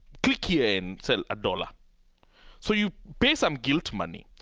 click here and send a dollar so you pay some guilt money.